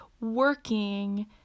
working